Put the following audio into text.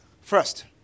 First